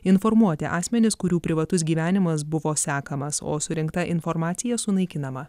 informuoti asmenis kurių privatus gyvenimas buvo sekamas o surinkta informacija sunaikinama